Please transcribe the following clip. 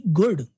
good